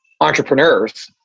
entrepreneurs